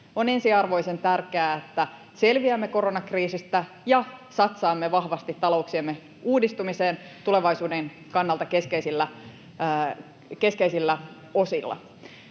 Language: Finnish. On ensiarvoisen tärkeää, että selviämme koronakriisistä ja satsaamme vahvasti talouksiemme uudistumiseen tulevaisuuden kannalta keskeisillä osilla.